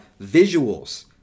visuals